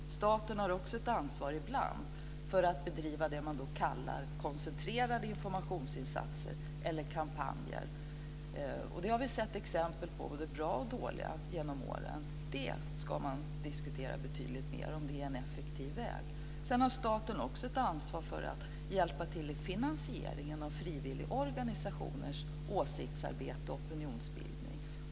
Staten har också ett ansvar ibland för att driva det man då kallar koncentrerade informationsinsatser eller kampanjer. Det har vi sett exempel på, både bra och dåliga, genom åren. Det ska man diskutera betydligt mer om det är en effektiv väg. Sedan har staten också ett ansvar för att hjälpa till i finansieringen av frivilligorganisationers åsiktsarbete och opinionsbildning.